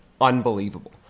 unbelievable